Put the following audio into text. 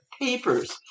papers